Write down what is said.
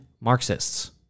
Marxists